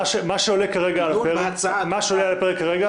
מה שעולה על הפרק כרגע